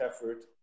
effort